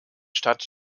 stadt